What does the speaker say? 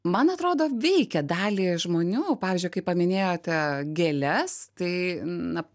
man atrodo veikia dalį žmonių pavyzdžiui kai paminėjote gėles tai na